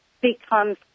becomes